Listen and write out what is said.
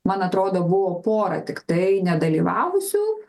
man atrodo buvo pora tiktai nedalyvavusių